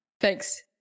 Thanks